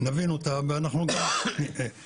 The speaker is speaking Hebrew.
נבין אותה ואנחנו נתעלם.